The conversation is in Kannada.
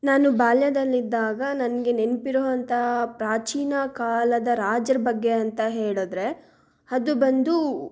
ನಾನು ಬಾಲ್ಯದಲ್ಲಿದ್ದಾಗ ನನಗೆ ನೆನ್ಪಿರುವಂಥ ಪ್ರಾಚೀನ ಕಾಲದ ರಾಜರ ಬಗ್ಗೆ ಅಂತ ಹೇಳಿದ್ರೆ ಅದು ಬಂದು